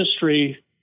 history